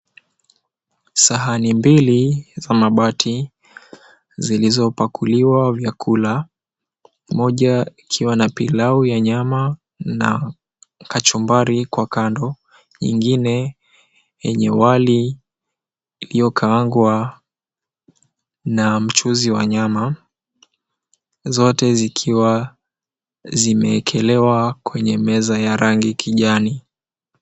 Sahani mbili za mabati zilizopakuliwa vyakula moja ikiwa na pilau ya nyama na kachumbari kwa kando, ingine yenye wali iliyokaangwa na mchuuzi wa nyama zote zikiwa zimeekelewa kwenye meza ya rangi kijani.